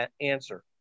answer